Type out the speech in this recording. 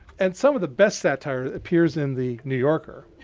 and some of the best satire appears in the new yorker.